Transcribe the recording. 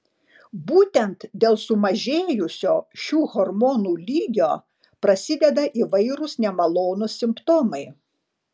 būtent dėl sumažėjusio šių hormonų lygio prasideda įvairūs nemalonūs simptomai